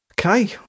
Okay